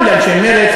גם לאנשי מרצ,